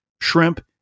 shrimp